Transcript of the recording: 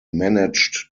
managed